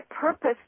purpose